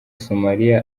somalia